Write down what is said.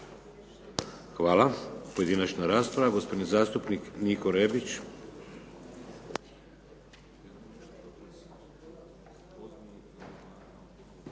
Hvala. Pojedinačna rasprava. Gospodin zastupnik Niko Rebić.